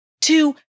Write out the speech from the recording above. to